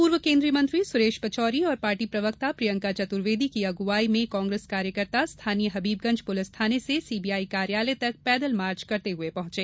पूर्व केंद्रीय मंत्री सुरेश पचौरी और पार्टी प्रवक्ता प्रियंका चतुर्वेदी की अगुवाई में कांग्रेस कार्यकर्ता स्थानीय हबीबगंज पुलिस थाने से सीबीआई कार्यालय तक पैदल मार्च करते हुए पहुंचे